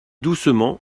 doucement